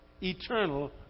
eternal